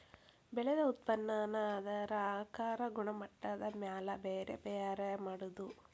ಬೆಳದ ಉತ್ಪನ್ನಾನ ಅದರ ಆಕಾರಾ ಗುಣಮಟ್ಟದ ಮ್ಯಾಲ ಬ್ಯಾರೆ ಬ್ಯಾರೆ ಮಾಡುದು